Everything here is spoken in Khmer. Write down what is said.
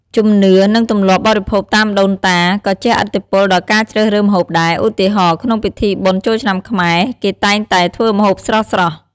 ជំនឿ និងទម្លាប់បរិភោគតាមដូនតា ក៏ជះឥទ្ធិពលដល់ការជ្រើសរើសម្ហូបដែរ ឧទាហរណ៍ ក្នុងពិធីបុណ្យចូលឆ្នាំខ្មែរ គេតែងតែធ្វើម្ហូបស្រស់ៗ។